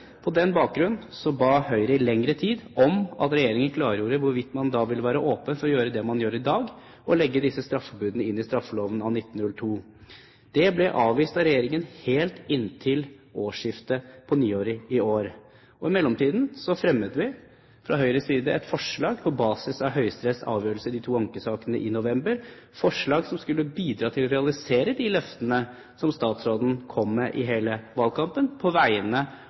På den bakgrunn ba Høyre i lengre tid om at regjeringen klargjorde hvorvidt man da ville være åpen for å gjøre det man gjør i dag, å legge disse straffebudene inn i straffeloven av 1902. Det ble avvist av regjeringen helt inntil årsskiftet – på nyåret i år. I mellomtiden fremmet vi, fra Høyres side – på basis av Høyesteretts avgjørelse i de to ankesakene i november 2009 – et forslag som skulle bidra til å realisere de løftene som statsråden kom med i hele valgkampen på